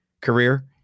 career